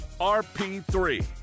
RP3